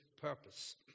purpose